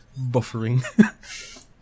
Buffering